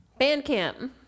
Bandcamp